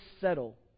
settle